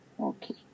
Okay